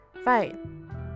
Fine